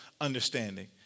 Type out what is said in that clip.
understanding